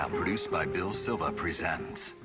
um produced by bill silva presents.